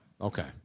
Okay